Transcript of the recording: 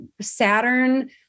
Saturn